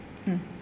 mm